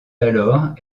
alors